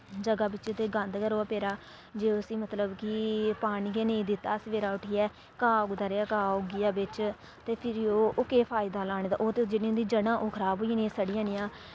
ज'गा बिच्च ते गंद गै र'वै पेदा जे उस्सी मतलब कि पानी गै नेईं दित्ता सवेरै उट्ठियै घाऽ उग्गदा रेहा घाऽ उग्गी गेआ बिच्च ते फ्हिरी ओह् ओह् केह् फायदा लाने दा ओह् ते जेह्ड़ियां उंदियां जढ़ां ओह् खराब होई जानियां सड़ी जानियां